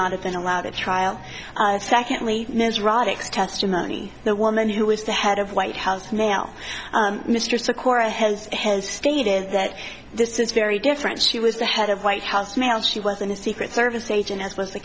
not have been allowed at trial secondly ms roddick's testimony the woman who was the head of white house now mr sykora has has stated that this is very different she was the head of white house male she was in a secret service agent as was the